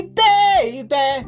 baby